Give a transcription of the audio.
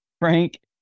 Frank